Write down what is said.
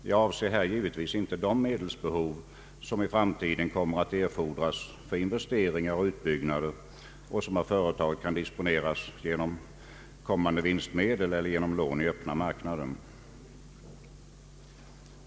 Jag avser här givetvis inte de medelsbehov som i framtiden kommer att erfordras för investeringar och utbyggnader och som av företaget kan disponeras genom kommande vinstmedel eller genom lån i öppna marknaden.